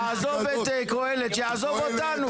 נעזוב את קהלת, שיעזוב אותנו.